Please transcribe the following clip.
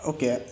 Okay